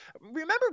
Remember